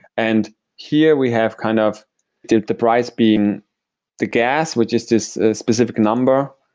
and here we have kind of the price being the gas, which is this specific number.